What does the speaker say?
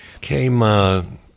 Came